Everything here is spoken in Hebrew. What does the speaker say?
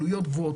עלויות גבוהות,